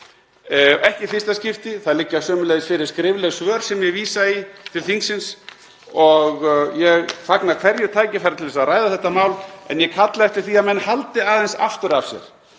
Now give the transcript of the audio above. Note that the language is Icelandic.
ekki í fyrsta skipti. Það liggja sömuleiðis fyrir skrifleg svör, (Forseti hringir.) sem ég vísa í, til þingsins. Ég fagna hverju tækifæri til að ræða þetta mál en ég kalla eftir því að menn haldi aðeins aftur af sér